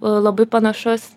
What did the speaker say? labai panašus